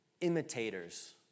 imitators